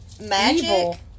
magic